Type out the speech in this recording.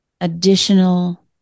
additional